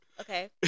Okay